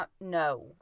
no